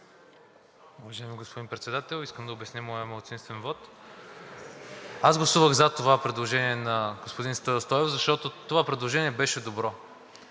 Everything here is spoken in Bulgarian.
Уважаеми господин Председател! Искам да обясня моя малцинствен вот. Аз гласувах за това предложение на господин Стою Стоев, защото това предложение беше добро.